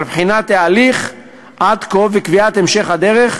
על בחינת ההליך עד כה וקביעת המשך הדרך,